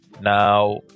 now